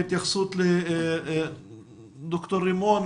דוקטור רימון,